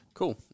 Cool